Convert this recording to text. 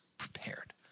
prepared